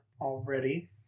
already